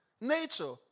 nature